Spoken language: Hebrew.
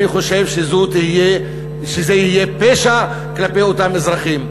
אני חושב שזה יהיה פשע כלפי אותם אזרחים.